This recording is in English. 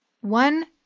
one